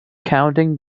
counting